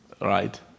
Right